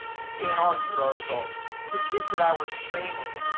you can't argue with our results the kids that i was training,